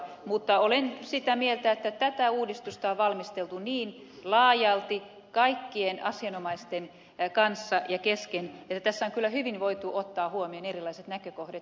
mutta olen sitä mieltä että tätä uudistusta on valmisteltu niin laajalti kaikkien asianomaisten kanssa ja kesken että tässä on kyllä hyvin voitu ottaa huomioon erilaiset näkökohdat